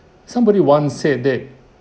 somebody once said that